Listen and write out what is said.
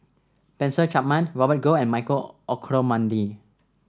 Spencer Chapman Robert Goh and Michael Olcomendy